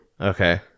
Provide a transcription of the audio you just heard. Okay